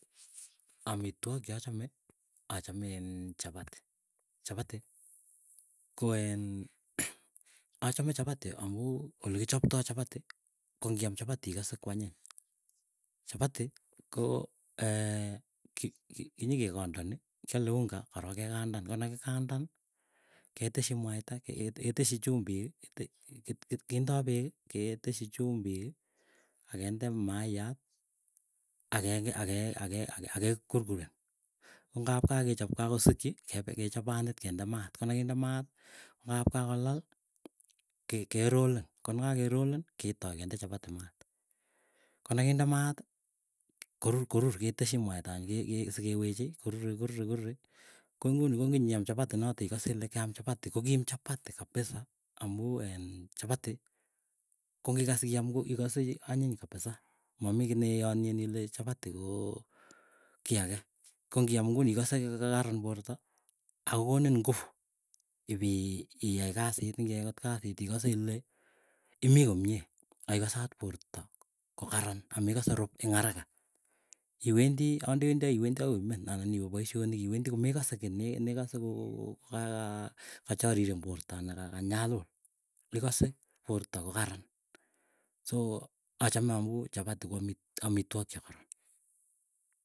Amitwogik chachame achame iin chapati, chapati koin achame chapati amuu olekichoptoi chapati kongiam chapati ikose kwany. Chapati koo kinyikekandani kyale unga korok kekandan konekikandan keteschi mwaita, keteschi chumbiki. Kindoo peekiketeschi chumbiik, akende maayat akekurkuren kongap kakechop kakosikchi kechop panit kende maat konakinde maat, konap kokakolai kerolen. Konekakerolen ketoi kende chapati maat. Konakinde maati korur keteschi mweita anyun sikewechei korurei. Korurei korurei konguni konginyiam chapati noto ikase ile keam chapati, kokiim chapati kapisa amuu en chapati kongikas iam ikase anyiny kabisa. Mamii kiiy neiyonyen ile chapati koo kiage, kongiam inguni ikose kokaran porta, akokonin nguvu ipiyai kasit ningiyai akot kasit ikose ile, imii komie akikose akot porta kokaran amekase rup ing araka. Iweendi akotndewendii iwendii akoi koimen anan iwee paisyonik. Iwendii komekase ne nekase ko kokaa kokachariren porta anakanyalul ikose porta kokaran. So achame amuu chapati ko amitwok chekaron.